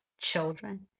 children